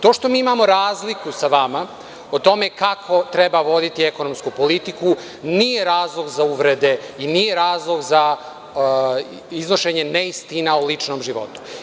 To što i imamo razliku sa vama o tome kako treba voditi ekonomsku politiku nije razlog za uvrede i nije razlog za iznošenje neistina o ličnom životu.